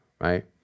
right